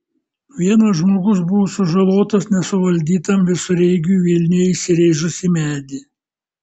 vienas žmogus buvo sužalotas nesuvaldytam visureigiui vilniuje įsirėžus į medį